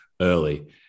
early